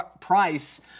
Price